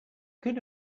going